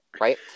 Right